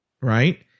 Right